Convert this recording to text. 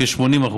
כ-80%.